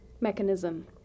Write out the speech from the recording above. mechanism